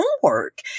homework